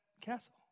castle